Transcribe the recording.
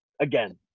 again